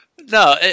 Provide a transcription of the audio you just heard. No